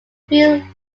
three